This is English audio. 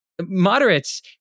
moderates